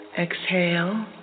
Exhale